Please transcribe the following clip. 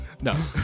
no